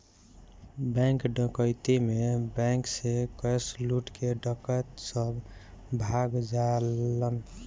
bank डकैती में bank से कैश लूट के डकैत सब भाग जालन